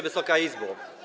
Wysoka Izbo!